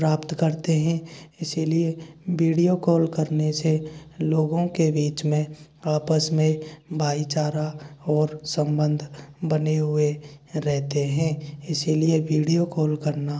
प्राप्त करते हें इसलिए बीडियो कॉल करने से लोगों के बीच में आपस में भाई चारा ओर सम्बन्ध बने हुए रहते हैं इसलिए वीडियो कॉल करना